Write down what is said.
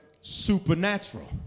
supernatural